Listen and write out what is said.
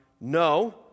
no